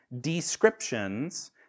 descriptions